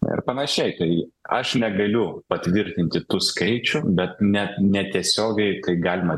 ir panašiai tai aš negaliu patvirtinti tų skaičių bet ne netiesiogiai tai galima